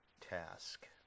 task